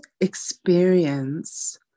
experience